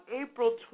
April